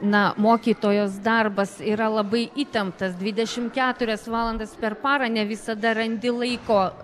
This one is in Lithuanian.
na mokytojos darbas yra labai įtemptas dvidešim keturias valandas per parą ne visada randi laiko